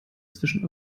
zwischen